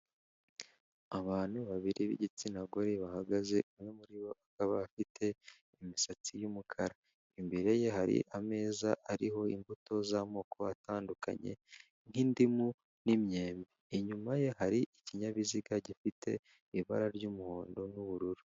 Abantu babiri b'igitsina gore bahagaze, umwe muri bo akaba afite imisatsi y'umukara, imbere ye hari ameza ariho imbuto z'amoko atandukanye nk'indimu n'imyembe, inyuma ye hari ikinyabiziga gifite ibara ry'umuhondo n'ubururu.